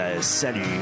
salut